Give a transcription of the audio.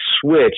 switch